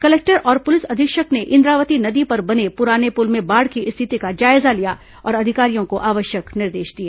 collector और police अधीक्षक ने इन्द्रावती नदी पर बने पुराने पुल में बाढ़ की स्थिति का जायजा लिया और अधिकारियों को आवश्यक निर्देश दिए